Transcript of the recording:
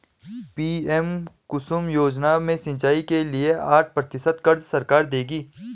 PM Kusum योजना में सिंचाई के लिए साठ प्रतिशत क़र्ज़ सरकार देगी